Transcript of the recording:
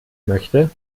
möchte